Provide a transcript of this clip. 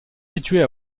situées